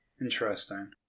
Interesting